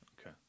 Okay